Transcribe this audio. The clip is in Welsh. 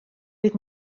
oedd